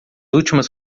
últimas